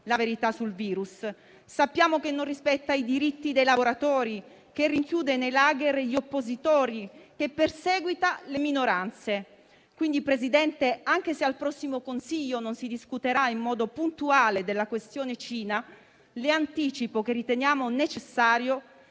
la verità sul virus. Sappiamo che non rispetta i diritti dei lavoratori, che rinchiude nei *lager* gli oppositori, che perseguita le minoranze. Quindi, Presidente, anche se al prossimo Consiglio non si discuterà in modo puntuale della questione Cina, le anticipo che riteniamo necessario